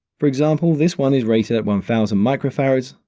for example, this one is rated at one thousand microfarads,